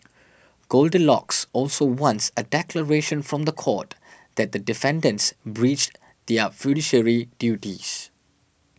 goldilocks also wants a declaration from the court that the defendants breached their fiduciary duties